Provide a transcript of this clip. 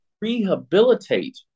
Rehabilitate